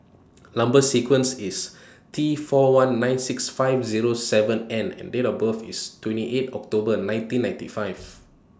Number sequence IS T four one nine six five Zero seven N and Date of birth IS twenty eight October nineteen ninety five